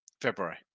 February